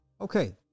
Okay